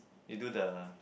they do the